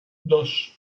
dos